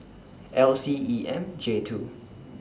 L C E M J rwo